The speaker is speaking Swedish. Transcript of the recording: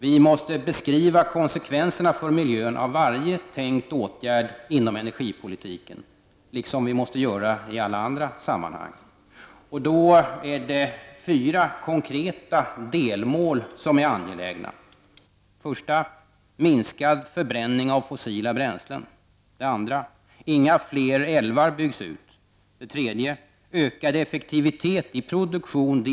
Vi måste beskriva konsekvenserna för miljön av varje tänkt åtgärd inom energipolitiken, liksom vi måste göra i alla andra sammanhang. Då är det fyra konkreta delmål som är angelägna: 2. Inga flera älvar byggs ut. 4.